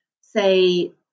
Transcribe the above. say